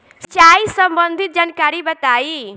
सिंचाई संबंधित जानकारी बताई?